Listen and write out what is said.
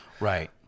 right